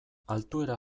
altuera